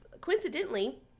coincidentally